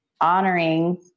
honoring